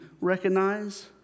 recognize